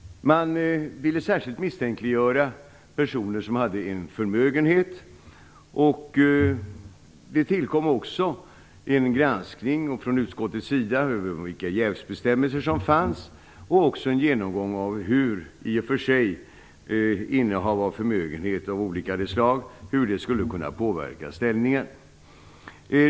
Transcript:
Man ville särskilt misstänkliggöra personer som hade en förmögenhet, och det tillkom också en granskning från utskottets sida av vilka jävsbestämmelser som fanns samt en genomgång av hur i och för sig innehav av förmögenhet av olika slag skulle kunna påverka ställningen.